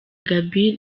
gaby